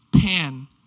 pan